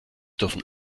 dürfen